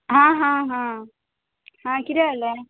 हां हां हां आं किदें आला